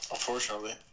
Unfortunately